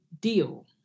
deal